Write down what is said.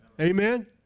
Amen